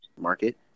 market